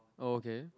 oh okay